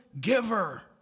giver